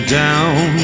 down